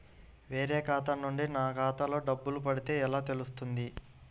వేరే ఖాతా నుండి నా ఖాతాలో డబ్బులు పడితే ఎలా తెలుస్తుంది?